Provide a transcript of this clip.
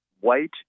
white